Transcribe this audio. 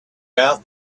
out